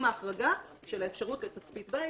עם ההחרגה של האפשרות לתצפית בית,